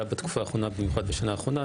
בתקופה האחרונה ובמיוחד בשנה האחרונה.